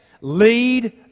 lead